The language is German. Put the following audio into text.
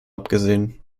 abgesehen